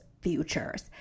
futures